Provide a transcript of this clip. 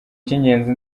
cy’ingenzi